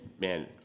man